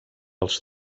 els